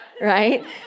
right